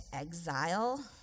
exile